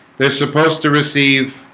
they're supposed to receive